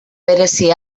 berezi